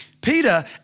Peter